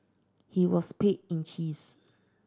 he was paid in cheese